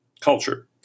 Culture